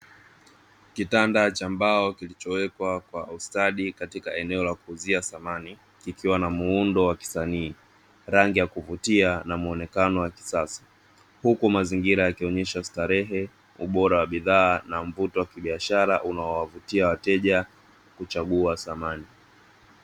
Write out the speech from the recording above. Kitanda cha mbao kilichowekwa kwa ustadi katika eneo la kuuzia samani, kikiwa na muundo wa kisanii, rangi ya kuvutia na muonekano wa kisasa, huku mazingira yakionyesha starehe, ubora wa bidhaa na mvuto wa kibiashara, unaowavutia wateja kuchagua samani.